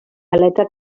aleta